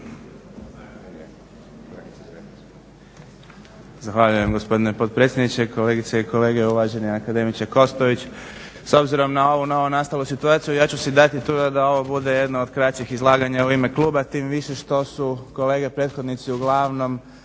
Zahvaljujem gospodine potpredsjedniče, kolegice i kolege uvaženi akademiče Kostović. S obzirom na ovu novo nastalu situaciju ja ću si dati truda da ovo bude jedno od kraćih izlaganja u ime kluba, tim više što su kolege prethodnici uglavnom